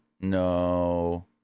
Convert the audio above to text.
no